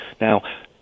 Now